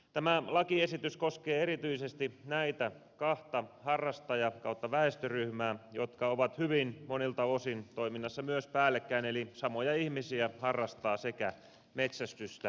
tämä lakiesitys koskee erityisesti näitä kahta harrastaja ja väestöryhmää jotka ovat hyvin monilta osin toiminnassa myös päällekkäin eli samat ihmiset harrastavat sekä metsästystä että reserviläistoimintaa